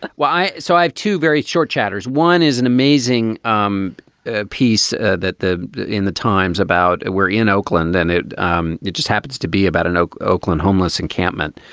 why? so i have two very short chapters. one is an amazing um ah piece ah that the the in the times about and we're in oakland and it um it just happens to be about an oakland homeless encampment.